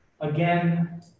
again